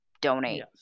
donate